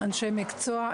אנשי מקצוע,